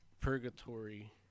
purgatory